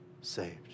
saved